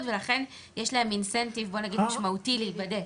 ולכן יש להם Incentive משמעותי להיבדק.